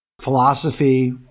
philosophy